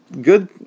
good